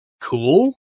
cool